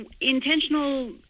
Intentional